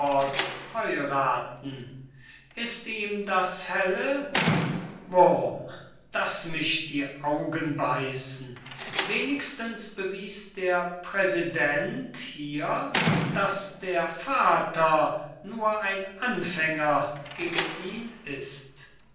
milford heirathen ist ihm das helle wurm daß mich die augen beißen wenigstens bewies der präsident hier daß der vater nur ein anfänger gegen ihn ist